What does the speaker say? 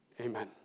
Amen